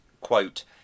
quote